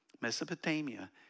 Mesopotamia